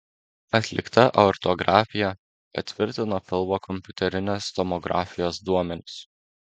atlikta aortografija patvirtino pilvo kompiuterinės tomografijos duomenis